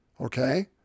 Okay